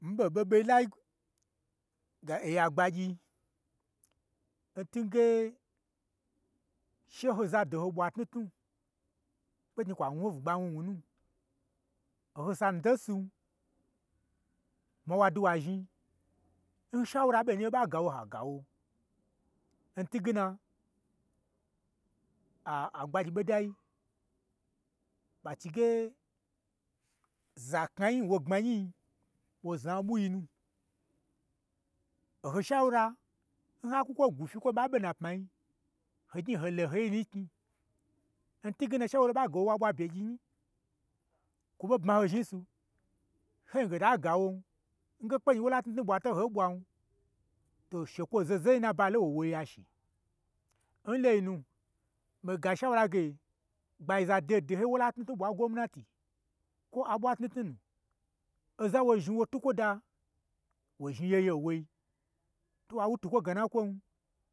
Mii ɓon ɓei ɓeila ga yi agbagyi, ntunge, she ho zadoho ɓwa tnutnu, kpe knyi kwa wnu ho bwugba wnu wnu nu, oho ganu toisin, bma wa dwuwa zhni, n shaura ɓo nyi n ho ɓe gawo, ha gawo, ntwuge na agbagyi n ɓodai ɓa chige, zaknai nwo gbmanyii, wo zna oɓwui, nu, oho shaura n ha kwu kwo gwufyi n kwo ɓa ɓe n na pmai, ho gnyi ho lo n hoi nu n knyi, n twuge na she ho ɓa gawo wa ɓwa byegyi-in, kwo ɓo bma ho zhnin su, hon ge ho ta gawon, nge kpenyi wola tnutnu ɓwa to hoi ɓwan, to she kwoi n zaho zaho yi aba lon wo n woiya shi, n loinu, miga shaura ge, gbagyiza doho doho yi n wola tnutnu ɓwa ngwomnati, kwo aɓwa tnutnu nu, n wo zhni wo twu kwo da, wo zhni yeyen woi, to wa wu twukwo gna nakwon